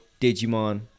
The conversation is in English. digimon